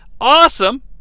Awesome